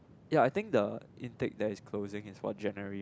ya I think the intake that is closing is for January one